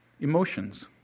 Emotions